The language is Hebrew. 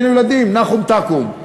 נחום תקום.